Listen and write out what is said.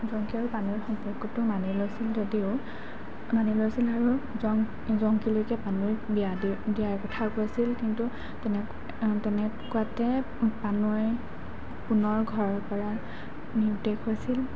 জংকী আৰু পানৈৰ সম্পৰ্কটো মানি লৈছিল যদিও মানি লৈছিল আৰু জং জংকীলৈকে পানৈক বিয়া দি দিয়াৰ কথাও কৈছিল কিন্তু তেনে তেনেকুৱাতে পানৈ পুনৰ ঘৰৰ পৰা নিৰুদ্দেশ হৈছিল